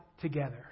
together